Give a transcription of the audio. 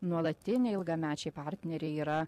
nuolatiniai ilgamečiai partneriai yra